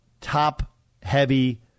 top-heavy